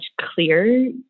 clear